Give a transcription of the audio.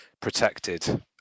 protected